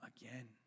again